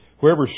Whoever